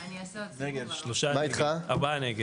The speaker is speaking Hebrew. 4 נמנעים,